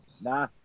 Nah